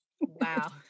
wow